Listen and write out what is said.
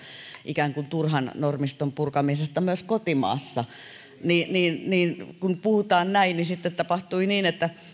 ikään kuin turhan normiston purkamisesta myös kotimaassa niin niin kun puhutaan näin niin sitten tapahtui niin että